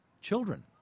children